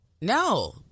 No